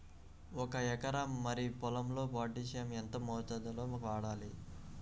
ఒక ఎకరా వరి పొలంలో పోటాషియం ఎంత మోతాదులో వాడాలి?